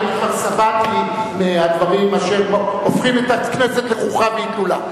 אני כבר שבעתי מהדברים אשר הופכים את הכנסת לחוכא ואטלולא.